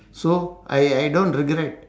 so I I don't regret